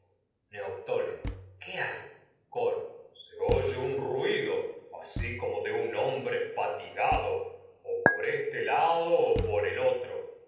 neoptólemo coro qué hay ruido o se oye un asi como de un hombre fa tigado o por este lado el por el otro